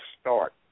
start